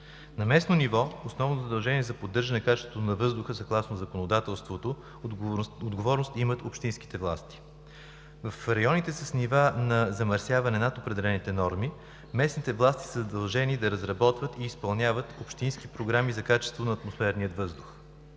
На местно ниво основно задължение за поддържане качеството на въздуха, съгласно законодателството, отговорности имат общинските власти. В районите с нива на замърсяване над определените норми местните власти са задължени да разработват и изпълняват общински програми за качество на атмосферния въздух.